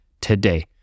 today